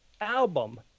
album